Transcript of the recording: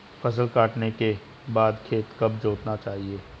फसल काटने के बाद खेत कब जोतना चाहिये?